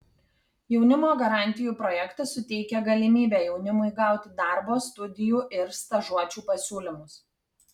jaunimo garantijų projektas suteikia galimybę jaunimui gauti darbo studijų ir stažuočių pasiūlymus